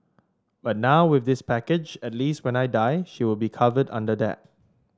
but now with this package at least when I die she will be covered under that